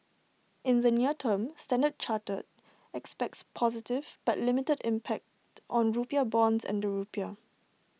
in the near term standard chartered expects positive but limited impact on rupiah bonds and the rupiah